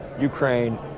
Ukraine